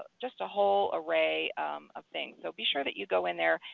ah just a whole array of things. so be sure that you go in there,